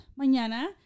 mañana